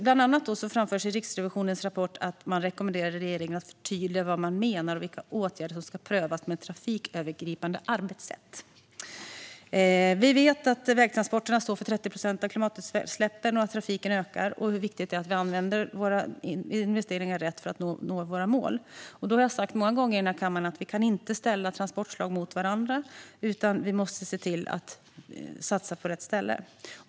Bland annat rekommenderar Riksrevisionen i sin rapport regeringen att förtydliga vad man menar och vilka åtgärder som ska prövas med ett trafikövergripande arbetssätt. Vi vet att vägtransporterna står för 30 procent av klimatutsläppen, att trafiken ökar och hur viktigt det är att vi använder våra investeringar rätt för att nå våra mål. Jag har sagt många gånger i den här kammaren att vi inte kan ställa transportslag mot varandra, utan vi måste satsa på rätt ställe.